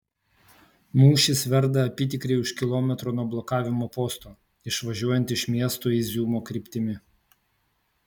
mūšis verda apytikriai už kilometro nuo blokavimo posto išvažiuojant iš miesto iziumo kryptimi